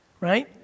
right